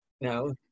no